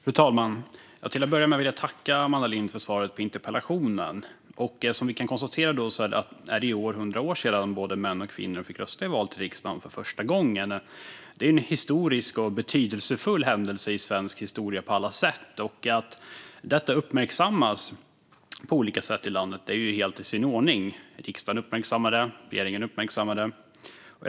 Fru talman! Till att börja med vill jag tacka Amanda Lind för svaret på interpellationen. Vi kan konstatera att det i år är 100 år sedan både män och kvinnor fick rösta i val till riksdagen för första gången. Det är en historisk och betydelsefull händelse i svensk historia på alla sätt. Att detta uppmärksammas på olika sätt i landet är helt i sin ordning. Riksdagen uppmärksammar det, och regeringen uppmärksammar det.